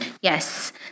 Yes